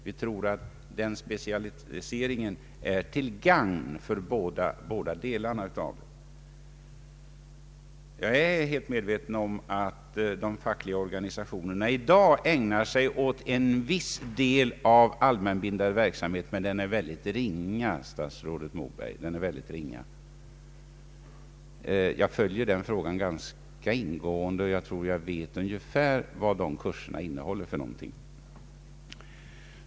Vi anser att specialiseringen är till gagn i båda fallen. Jag är medveten om att de fackliga organisationerna i dag ägnar sig åt en viss allmänbildande verksamhet — men i mycket ringa omfattning, statsrådet Moberg. Jag följer den här frågan ganska ingående och vet ungefär vad kurserna innehåller.